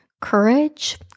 courage